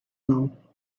now